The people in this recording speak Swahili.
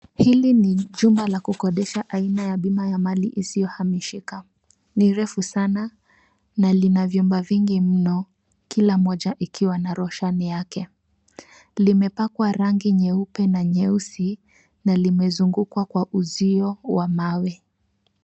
Hili ni jumba la kukodisha aina ya bima ya mali isiyohamishika. Ni refu sana na lina vyumba vingi mno, kila moja ikiwa na roshani yake. Limepakwa rangi nyeupe na nyeusi na limezungukwa kwa uzio wa mawe.